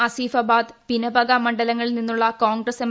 അസിഫാബാദ് പിനപക മണ്ഡലങ്ങളിൽ നിന്നുള്ള ക്ടോൺഗ്രസ് എം